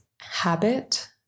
habit